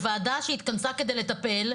אנחנו בוועדה שהתכנסה כדי לטפל.